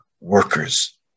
workers